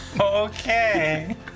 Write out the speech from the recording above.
Okay